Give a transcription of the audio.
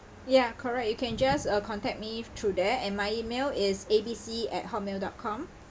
ya correct you can just uh contact me through that and my email is A B C at Hotmail dot com